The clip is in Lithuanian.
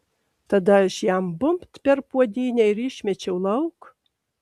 tada aš jam bumbt per puodynę ir išmečiau lauk